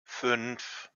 fünf